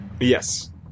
Yes